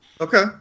Okay